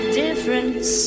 difference